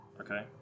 Okay